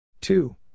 Two